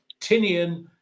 Tinian